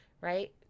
right